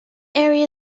area